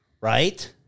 Right